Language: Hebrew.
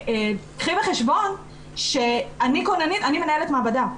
אני מנהלת מעבדה.